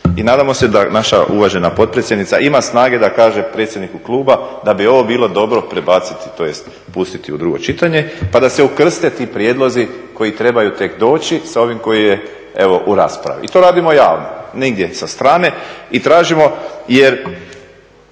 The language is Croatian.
i nadamo se da naša uvažena potpredsjednica ima snage da kaže predsjedniku kluba da bi ovo bilo dobro prebaciti tj. pustiti u drugo čitanje pa da se okrste ti prijedlozi koji trebaju tek doći sa ovim koji je evo u raspravi. I to radimo javno, nigdje sa strane. I tražimo, jer